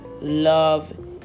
love